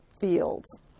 fields